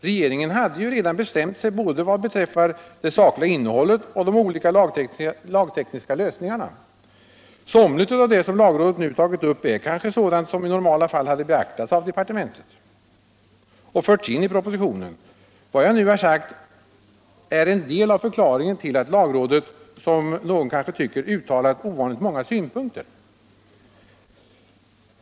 Regeringen hade ju redan bestämt sig både vad beträffar det sakliga innehållet och vad beträffar de olika lagtekniska lösningarna. Somligt av det som lagrådet nu tagit upp är kanske sådant som i normala fall hade beaktats av departementet och förts in i propositionen. Vad jag nu har sagt är en del av förklaringen till att lagrådet — som någon kanske tycker — uttalat ovanligt många synpunkter.